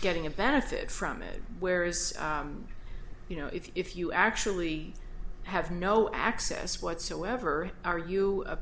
getting a benefit from it where is you know if you actually have no access whatsoever are you a